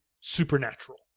supernatural